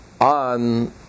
on